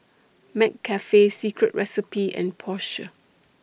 McCafe Secret Recipe and Porsche